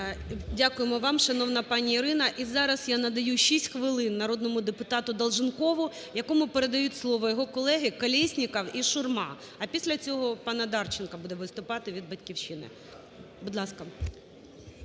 Дякуємо вам, шановна пані Ірина. І зараз я надаю 6 хвилин народному депутату Долженкову, якому передають слово його колеги Колєсніков і Шурма. А після цього пан Одарченко буде виступати від "Батьківщини". Будь ласка.